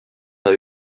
pas